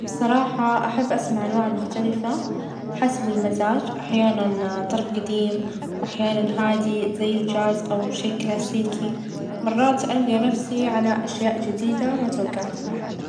أحب الموسيقى الهادية مثل: الجاز ،أو الكلاسيكية، تعجبني لأنها تساعدني على الاسترخاء ،والتركيز ،وتعطيني جو مريح ،وبالاضافة إلى ذلك تعبيرها الفني، وعمقها يعجبني جدا.